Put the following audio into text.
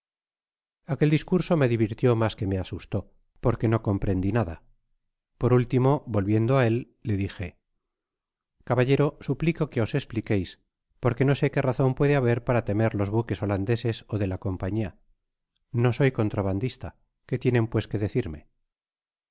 aquel discurso me divirtió mas que me asustó por que no comprendi nada por último volviéndome k él le dije caballero suplico que os espliqueis porque no só qué razon pueda haber para temer los buques holandeses ó de la compañía no soy eantrabandista qué tienen pues que decirme